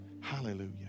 hallelujah